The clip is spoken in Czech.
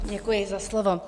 Děkuji za slovo.